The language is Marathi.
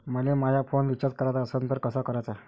मले माया फोन रिचार्ज कराचा असन तर कसा कराचा?